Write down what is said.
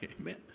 Amen